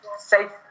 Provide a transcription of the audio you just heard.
safe